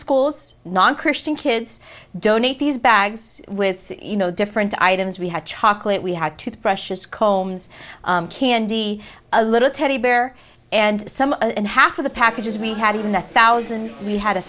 schools non christian kids don't eat these bags with you know different items we had chocolate we had two precious combs candy a little teddy bear and some in half of the packages we had even a thousand we had a